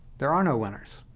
there are no winners.